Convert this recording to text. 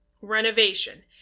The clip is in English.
Renovation